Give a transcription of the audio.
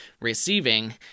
receiving